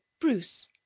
Bruce